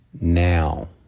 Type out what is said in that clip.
now